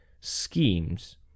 schemes